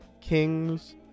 Kings